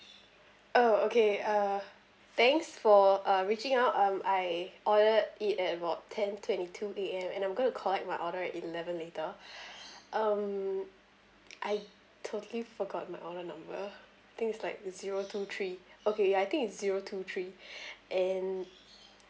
oh okay uh thanks for uh reaching out um I ordered it at about ten twenty two A_M and I'm gonna collect my order at eleven later um I totally forgot my order number think it's like zero two three okay ya I think is zero two three and